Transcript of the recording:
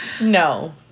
No